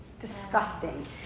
Disgusting